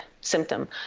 symptom